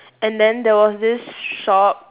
and then there was this shop